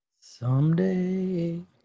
Someday